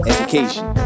Education